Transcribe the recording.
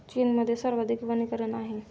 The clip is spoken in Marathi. चीनमध्ये सर्वाधिक वनीकरण आहे